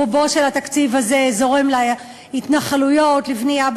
רוב התקציב הזה זורם להתנחלויות, לבנייה.